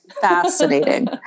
Fascinating